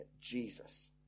Jesus